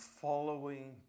following